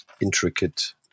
intricate